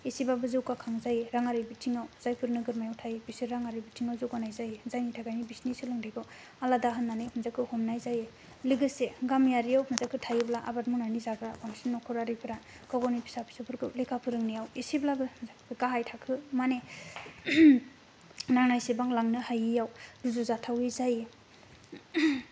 एसेब्लाबो जौगाखां जायो राङारि बिथिङाव जायफोर नोगोरमायाव थायो बिसोर राङारि बिथाङाव जौगानाय जायो जायनि थाखायनो बिसोरनि सोलोंथाइखौ आलादा होननानै बिसोरखौ हमनाय जायो लोगोसे गामियारियाव थायोब्ला आबाद मावनानै जाग्रा बांसिन न'खरारिफ्रा गाव गावनि फिसाफोरखौ लेखा फोरोंनायाव एसेबाब्लो गाहाय थाखो माने नांनायसेबां लांनो हायैयाव रुजुजाथावै जायो